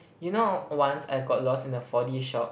you know once I got lost in a four D shop